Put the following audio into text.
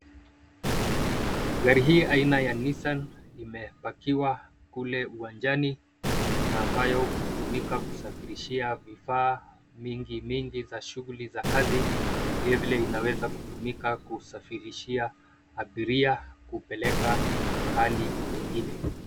Gari hii aina ya Nissan imepakiwa kule uwanjani na ambayo hutumika kusafirishia vifaa mingi mingi za shughuli za kazi. Vilevile inaweza kutumika kusafirishia abiria kupeleka mahali pengine.